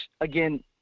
again